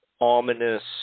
ominous